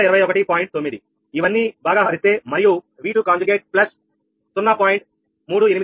9 ఇవన్నీ హరిస్తే మరియు V20 కాంజుగేట్ ప్లస్ 0